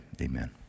Amen